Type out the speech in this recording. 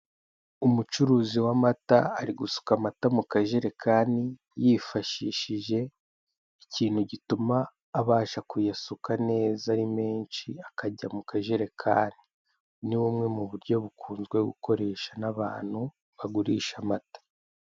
Umucuruzi w'amata ari gusuka amata mu kajerekani, yifashishije ikintu gituma abasha kuyasuka neza ari menshi akajya mu kajerekani; ni bumwe mu buryo bukunze gukoreshwa n'abantu bagurisha amata.